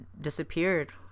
disappeared